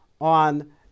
on